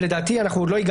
אנחנו לא באים